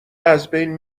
ازبین